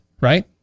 right